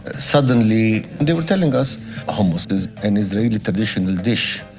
ah suddenly they were telling us hummus is an israeli traditional dish.